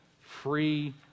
free